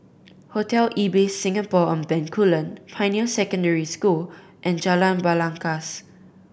Hotel Ibis Singapore On Bencoolen Pioneer Secondary School and Jalan Belangkas